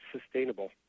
sustainable